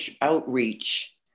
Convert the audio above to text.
outreach